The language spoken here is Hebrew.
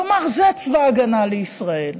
לומר: זה צבא ההגנה לישראל.